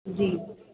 जी